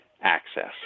access